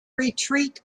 retreat